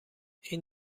این